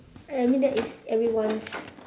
I mean that is everyone's